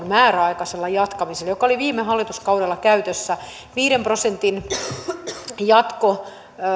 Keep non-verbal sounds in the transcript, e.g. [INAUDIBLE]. [UNINTELLIGIBLE] määräaikaista jatkamista joka oli viime hallituskaudella käytössä viiden prosentin korotuksen jatko